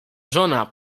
żona